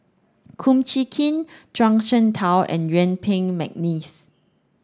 Kum Chee Kin Zhuang Shengtao and Yuen Peng McNeice